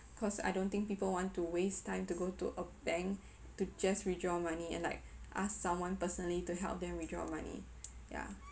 cause I don't think people want to waste time to go to a bank to just withdraw money and like ask someone personally to help them withdraw money yeah